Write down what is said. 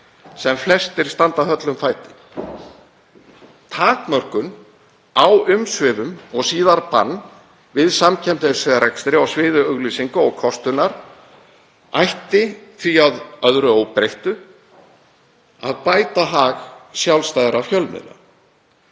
sem flestir standa höllum fæti. Takmörkun á umsvifum og síðar bann við samkeppnisrekstri á sviði auglýsinga og kostunar ætti því að öðru óbreyttu að bæta hag sjálfstæðra fjölmiðla.